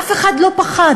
אף אחד לא פחד.